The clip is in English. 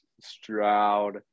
stroud